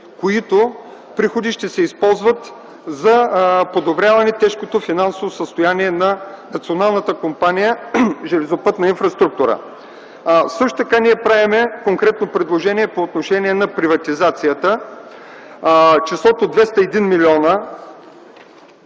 които ще се използват за подобряване тежкото финансово състояние на Национална компания „Железопътна инфраструктура”. Правим конкретно предложение и по отношение на приватизацията. Числото „201 млн.